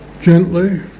gently